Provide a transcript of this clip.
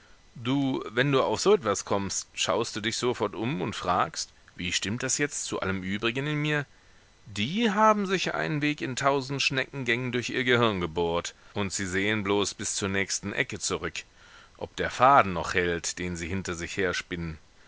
du wenn du auf so etwas kommst schaust dich sofort um und fragst wie stimmt das jetzt zu allem übrigen in mir die haben sich einen weg in tausend schneckengängen durch ihr gehirn gebohrt und sie sehen bloß bis zur nächsten ecke zurück ob der faden noch hält den sie hinter sich herspinnen